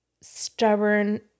stubborn